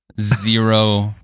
zero